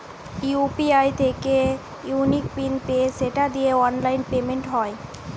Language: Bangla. ইউ.পি.আই থিকে ইউনিক পিন পেয়ে সেটা দিয়ে অনলাইন পেমেন্ট হয়